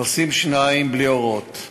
נוסעים שניים בלי אורות,